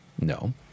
No